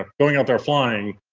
um going out there flying,